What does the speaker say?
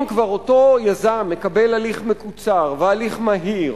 אם כבר אותו יזם מקבל הליך מקוצר והליך מהיר